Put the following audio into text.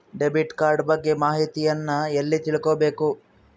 Debit card ಬಗ್ಗೆ ಮಾಹಿತಿಯನ್ನ ಎಲ್ಲಿ ತಿಳ್ಕೊಬೇಕು?